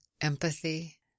empathy